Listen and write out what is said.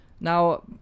Now